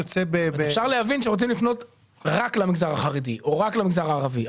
אפשר להבין שרוצים לפנות רק למגזר החרדי או רק למגזר הערבי,